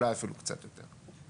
אולי אפילו קצת יותר.